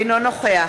אינו נוכח